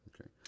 Okay